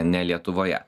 ne lietuvoje